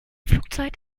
flugzeit